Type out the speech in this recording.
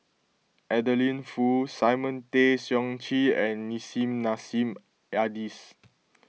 Adeline Foo Simon Tay Seong Chee and Nissim Nassim Adis